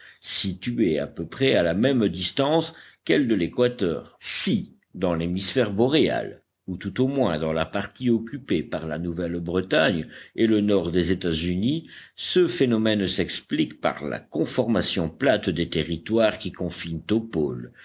situés à peu près à la même distance qu'elle de l'équateur si dans l'hémisphère boréal ou tout au moins dans la partie occupée par la nouvelle bretagne et le nord des états-unis ce phénomène s'explique par la conformation plate des territoires qui confinent au pôle